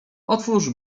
otwórz